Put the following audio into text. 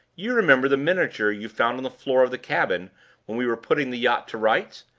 you remember the miniature you found on the floor of the cabin when we were putting the yacht to rights?